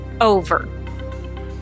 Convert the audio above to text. over